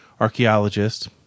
archaeologist